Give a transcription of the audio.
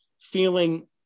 feeling